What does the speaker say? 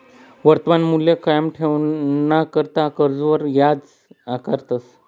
वर्तमान मूल्य कायम ठेवाणाकरता कर्जवर याज आकारतस